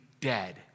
dead